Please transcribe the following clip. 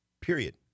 period